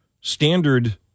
standard